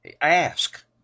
Ask